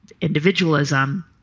individualism